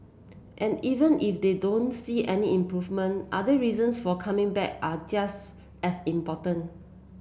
and even if they don't see any improvement other reasons for coming back are just as important